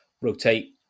rotate